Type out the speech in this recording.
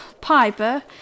Piper